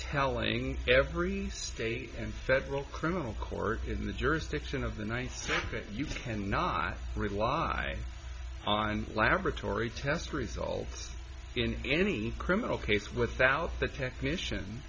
telling every state and federal criminal court in the jurisdiction of the night and not rely on laboratory test results in any criminal case without the technician